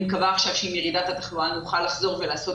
אני מקווה שעכשיו עם ירידת התחלואה נוכל לחזור ולעשות